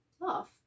laugh